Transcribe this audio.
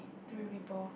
three people